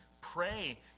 Pray